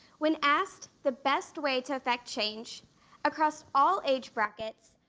when asked the best way to affect change across all age brackets,